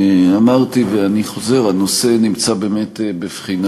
אמרתי ואני חוזר: הנושא נמצא בבחינה.